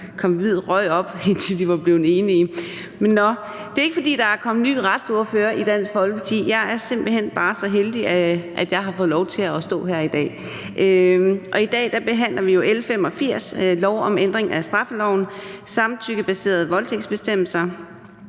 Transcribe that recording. kom hvid røg op, altså indtil de var blevet enige. Nå, men det er ikke, fordi der er kommet ny retsordfører i Dansk Folkeparti. Jeg er simpelt hen bare så heldig, at jeg har fået lov til at stå her i dag. I dag behandler vi jo lovforslag nr. L 85, lov om ændring af straffeloven, den samtykkebaserede voldtægtsbestemmelse,